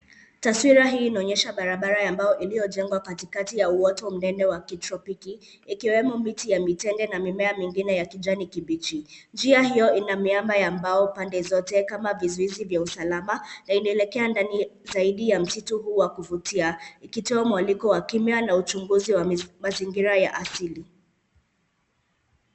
Taswira hii inaonyesha barabara ya mbao iliyojengwa katikati ya uwoto mnene wa kituo hiki, ikiwa na miti ya mitende na mimea mingine ya kijani kibichi. Njia hiyo ina miamba ya mbao pande zote kama vizuizi vya usalama na inaelekea ndani zaidi ya msitu huu wa kuvutia, ikitoa mwanikowa kimya na uchunguzi wa mazingira ya asili.